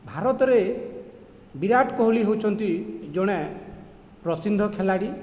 ଭାରତରେ ବିରାଟ କୋହଲି ହେଉଛନ୍ତି ଜଣେ ପ୍ରସିନ୍ଧ ଖିଲାଡ଼ି